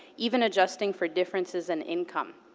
even adjusting for differences in income.